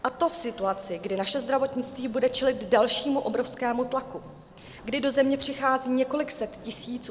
A to v situaci, kdy naše zdravotnictví bude čelit dalšímu obrovskému tlaku, kdy do země přichází několik set tisíc uprchlíků.